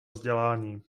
vzdělání